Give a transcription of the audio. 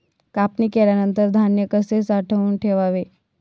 कापणी केल्यानंतर धान्य कसे साठवून ठेवावे?